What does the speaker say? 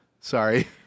Sorry